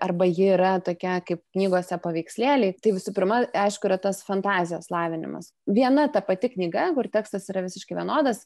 arba ji yra tokia kaip knygose paveikslėliai tai visų pirma aišku yra tas fantazijos lavinimas viena ta pati knyga kur tekstas yra visiškai vienodas